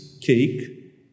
cake